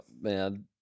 man